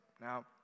Now